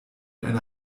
einer